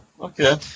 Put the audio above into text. okay